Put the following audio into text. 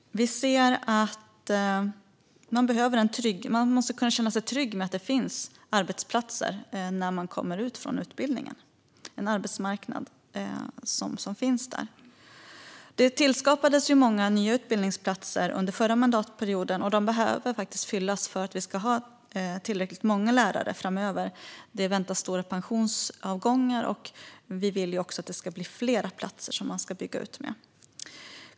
Man ska känna sig trygg med att det finns en arbetsmarknad när man kommer ut från utbildningen. Det tillskapades många nya utbildningsplatser under förra mandatperioden, och de behöver faktiskt fyllas om vi ska ha tillräckligt många lärare framöver. Det väntas stora pensionsavgångar. Vi vill också att man ska bygga ut med fler platser.